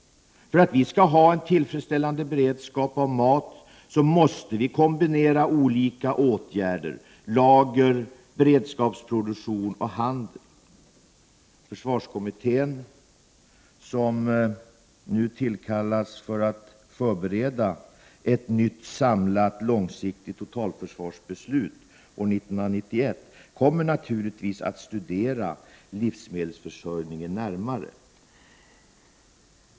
För att vi skall ha en tillfredsställande beredskap när det gäller mat måste vi kombinera olika åtgärder: lager, beredskapsproduktion och handel. Försvarskommittén, som nu tillkallas för att förbereda ett nytt samlat långsiktigt totalförsvarsbeslut år 1991, kommer naturligtvis att studera livsmedelsförsörjningen närmare.